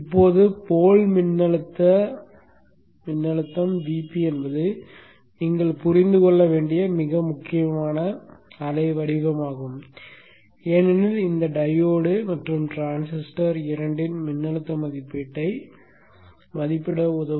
இப்போது போல் மின்னழுத்த VP என்பது நீங்கள் புரிந்து கொள்ள வேண்டிய மிக முக்கியமான அலைவடிவமாகும் ஏனெனில் இது இந்த டையோடு மற்றும் டிரான்சிஸ்டர் இரண்டின் மின்னழுத்த மதிப்பீட்டை மதிப்பிட உதவும்